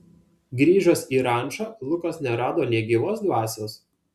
grįžęs į rančą lukas nerado nė gyvos dvasios